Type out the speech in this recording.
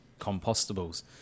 compostables